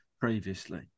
previously